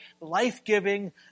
life-giving